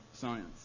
science